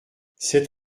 cet